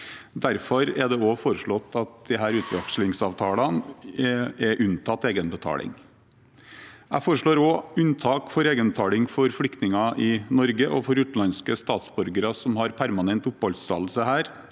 Derfor er det også foreslått at disse utvekslingsavtalene er unntatt egenbetaling. Jeg foreslår også unntak for egenbetaling for flyktninger i Norge og for utenlandske statsborgere som har permanent oppholdstillatelse her.